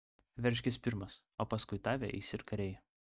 veržkis pirmas o paskui tave eis ir kariai